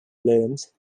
blooms